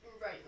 Right